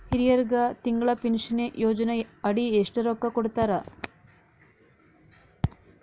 ಹಿರಿಯರಗ ತಿಂಗಳ ಪೀನಷನಯೋಜನ ಅಡಿ ಎಷ್ಟ ರೊಕ್ಕ ಕೊಡತಾರ?